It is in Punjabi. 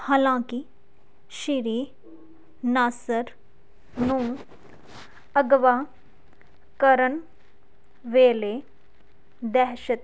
ਹਾਲਾਂਕਿ ਸ੍ਰੀ ਨਾਸਰ ਨੂੰ ਅਗਵਾ ਕਰਨ ਵੇਲੇ ਦਹਿਸ਼ਤ